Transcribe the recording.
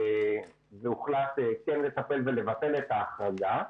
והוחלט כן לטפל ולבטל את ההחרגה,